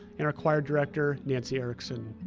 and our choir director, nancy erickson.